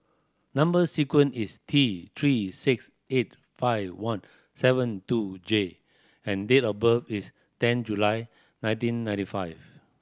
number sequence is T Three six eight five one seven two J and date of birth is ten July nineteen ninety five